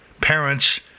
Parents